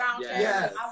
Yes